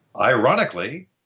Ironically